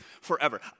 forever